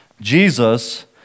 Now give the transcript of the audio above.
Jesus